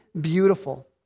beautiful